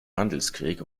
handelskrieg